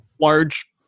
large